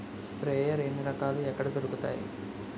Sprayer ఎన్ని రకాలు? ఎక్కడ దొరుకుతాయి?